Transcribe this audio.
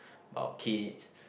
about kids